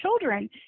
children